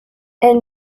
elle